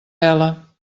vela